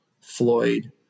Floyd